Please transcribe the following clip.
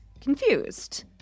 Confused